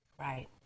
Right